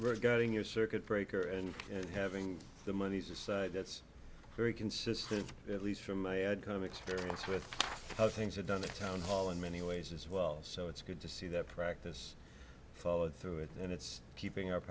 regarding your circuit breaker and having the monies aside that's very consistent at least from my kind of experience with how things are done the town hall in many ways as well so it's good to see that practice followed through it and it's keeping up